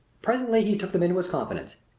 presently he took them into his confidence.